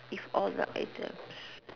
if all the items